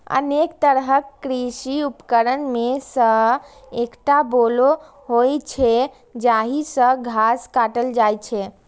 अनेक तरहक कृषि उपकरण मे सं एकटा बोलो होइ छै, जाहि सं घास काटल जाइ छै